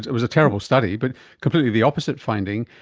it was a terrible study, but completely the opposite finding,